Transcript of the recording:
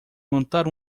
montar